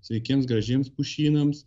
sveikiems gražiems pušynams